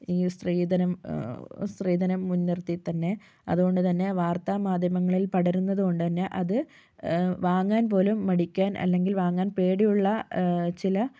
ഈ സ്ത്രീധനം സ്ത്രീധനം മുൻ നിർത്തി തന്നെ അതുകൊണ്ടുതന്നെ വാർത്ത മാധ്യമങ്ങളിൽ പടരുന്നതുകൊണ്ടുതന്നെ അത് വാങ്ങാൻ പോലും മടിക്കാൻ അല്ലെങ്കിൽ വാങ്ങാൻ പേടിയുള്ള ചില